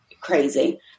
crazy